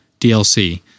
DLC